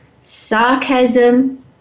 sarcasm